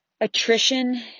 Attrition